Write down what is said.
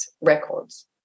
records